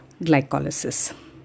glycolysis